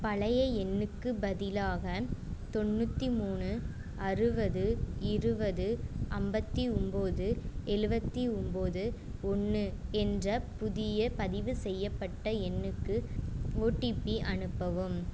பழைய எண்ணுக்குப் பதிலாக தொண்ணூற்றி மூணு அறுபது இருபது அம்பத்தி ஒம்போது எழுபத்தி ஒம்போது ஒன்று என்ற புதிய பதிவுசெய்யப்பட்ட எண்ணுக்கு ஒடிபி அனுப்பவும்